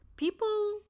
People